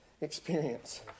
experience